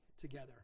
together